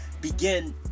begin